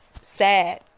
sad